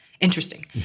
Interesting